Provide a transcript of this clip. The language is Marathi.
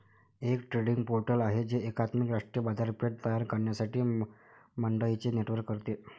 एक ट्रेडिंग पोर्टल आहे जे एकात्मिक राष्ट्रीय बाजारपेठ तयार करण्यासाठी मंडईंचे नेटवर्क करते